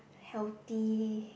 healthy